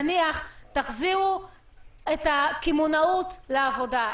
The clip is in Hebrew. נניח שתחזירו את הקמעונאות לעבודה,